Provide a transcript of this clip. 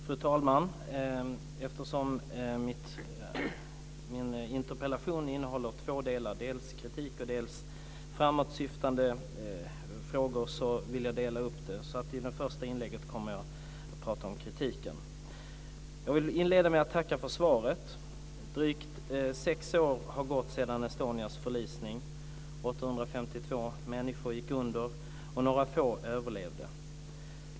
Fru talman! Eftersom min interpellation innehåller två delar, dels kritik, dels framåtsyftande frågor, vill jag dela upp inläggen. I det första inlägget kommer jag att prata om kritiken. Jag vill inleda med att tacka för svaret. Drygt sex år har gått sedan Estonias förlisning. 852 människor gick under, och några få överlevde.